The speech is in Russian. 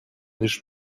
лишь